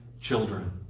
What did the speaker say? children